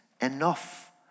enough